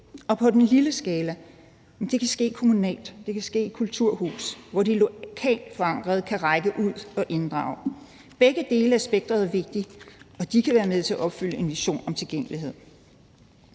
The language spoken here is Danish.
Og på den lille skala kan det ske kommunalt, det kan ske i et kulturhus, hvor man lokalt forankret kan række ud og inddrage. Begge dele af spektret er vigtige, og de kan være med til at opfylde en vision om tilgængelighed.